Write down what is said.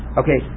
okay